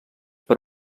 per